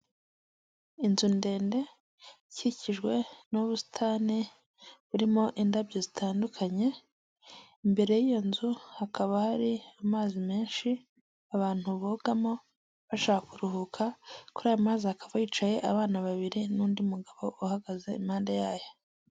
Inzu ndende ikikijwe n'ubusitane burimo indabyo zitandukanye, imbere y'iyo nzu hakaba hari amazi menshi abantu bogamo bashaka kuruhuka, kuri aya mazi hakaba yicaye abana babiri, n'undi mugabo uhagaze impande yayo.